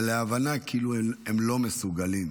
להביא להבנה כאילו הם לא מסוגלים.